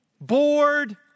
bored